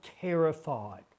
terrified